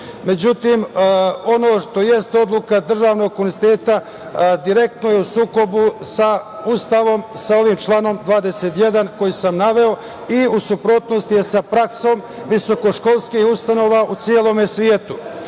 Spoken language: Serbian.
Međutim, ono što jeste odluka državnog univerziteta direktno je u sukobu sa Ustavom, sa članom 21. koji sam naveo i u suprotnosti je sa praksom visokoškolskih ustanova u celom